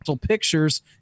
Pictures